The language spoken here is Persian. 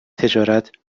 تجارت